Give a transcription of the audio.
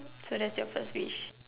so that's your first wish